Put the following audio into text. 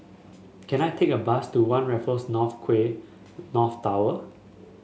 can I take a bus to One Raffles North Quay North Tower